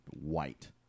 white